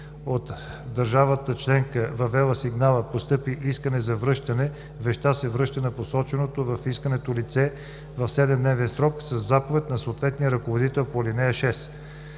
от държавата членка, въвела сигнала, постъпи искане за връщане, вещта се връща на посоченото в искането лице, в 7-дневен срок със заповед на съответния ръководител по ал. 6.